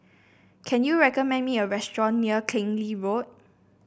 can you recommend me a restaurant near Keng Lee Road